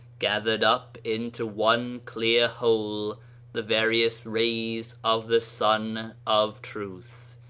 gathered up into one clear whole the various rays of the sun of truth,